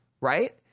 right